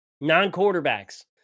Non-quarterbacks